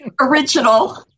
original